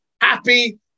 happy